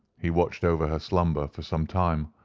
he watched over her slumber for some time,